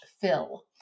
fill